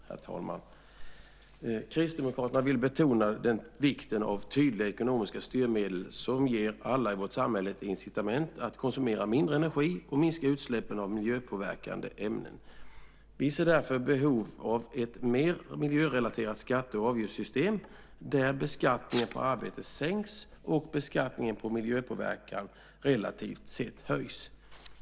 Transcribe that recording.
Herr talman! Kristdemokraterna vill betona vikten av tydliga ekonomiska styrmedel som ger alla i vårt samhälle incitament att konsumera mindre energi och minska utsläppen av miljöpåverkande ämnen. Vi ser därför behov av ett mer miljörelaterat skatte och avgiftssystem där beskattningen på arbete sänks och beskattningen på miljöpåverkan relativt sett höjs.